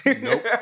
Nope